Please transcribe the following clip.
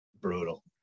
Brutal